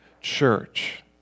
church